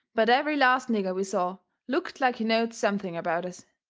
but every last nigger we saw looked like he knowed something about us.